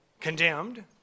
condemned